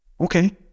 okay